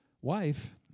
wife